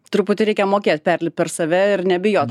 truputį reikia mokėt perlipt per save ir nebijot